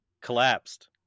collapsed